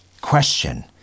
question